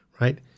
Right